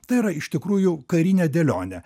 tai yra iš tikrųjų karinė dėlionė